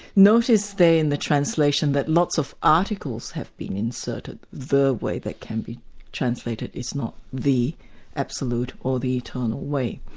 notice there in the translation that lots of articles have been inserted the way that can be translated is not the absolute or the eternal way.